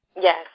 yes